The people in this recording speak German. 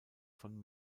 von